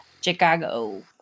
chicago